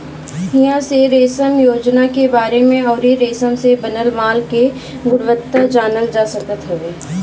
इहां से रेशम योजना के बारे में अउरी रेशम से बनल माल के गुणवत्ता जानल जा सकत हवे